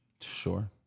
Sure